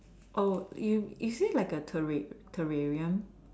oh is is it like a terra~ terrarium